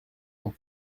ont